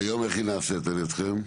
שהיום איך היא נעשית על ידכם?